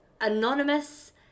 anonymous